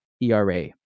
ERA